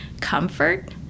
comfort